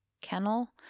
kennel